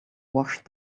wash